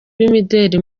b’imideli